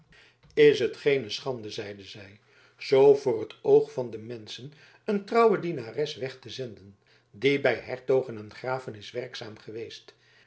is het geene schande zeide zij zoo voor het oog van de menschen een trouwe dienares weg te zenden die bij hertogen en graven is werkzaam geweest